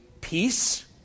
peace